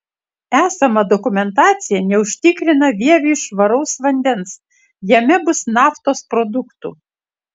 esama dokumentacija neužtikrina vieviui švaraus vandens jame bus naftos produktų